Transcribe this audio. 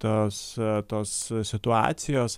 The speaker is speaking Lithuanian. tos tos situacijos